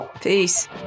Peace